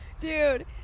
dude